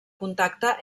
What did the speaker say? contacte